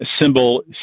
symbol